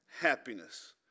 happiness